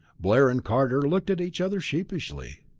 blair and carter looked at each other sheepishly.